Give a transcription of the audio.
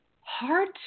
hard